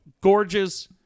Gorgeous